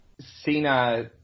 Cena